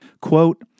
quote